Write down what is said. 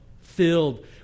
filled